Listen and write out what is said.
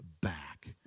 back